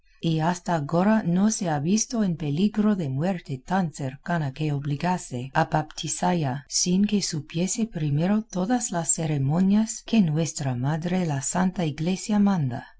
y hasta agora no se ha visto en peligro de muerte tan cercana que obligase a baptizalla sin que supiese primero todas las ceremonias que nuestra madre la santa iglesia manda